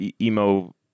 emo